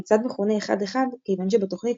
המצעד מכונה "אחד אחד" כיוון שבתוכנית